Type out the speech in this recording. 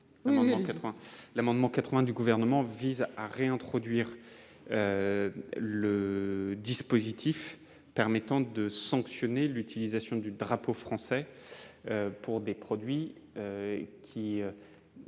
amendement vise donc à réintroduire le dispositif permettant de sanctionner l'utilisation du drapeau français pour des produits qui